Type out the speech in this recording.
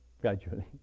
gradually